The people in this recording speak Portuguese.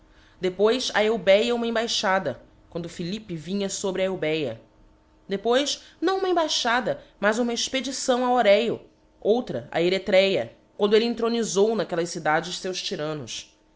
depois á eubéa uma embaixada quando philippe vinha fobre a eubéa depois não uma embaixada mas uma expedição a orço outra a eretria quando elle enthronifou n aquellas cidades feus tyrannos